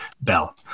bell